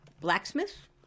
blacksmith